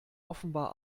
offenbar